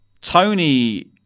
Tony